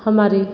हमारी